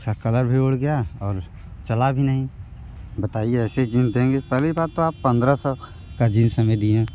इसका कलर भी उड़ गया और चला भी नहीं बताइए ऐसी जींस देंगे पहली बात तो आप पंद्रह सौ का जींस हमें दिए